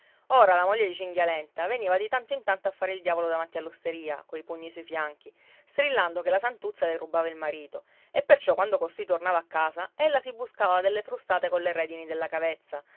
ora la moglie di cinghialenta veniva di tanto in tanto a fare il diavolo davanti all'osteria coi pugni sui fianchi strillando che la santuzza le rubava il marito e perciò quando costui tornava a casa ella si buscava delle frustate colle redini della cavezza